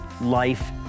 life